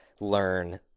learn